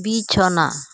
ᱵᱤᱪᱷᱚᱱᱟ